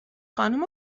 خانوم